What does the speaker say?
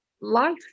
life